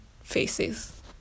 faces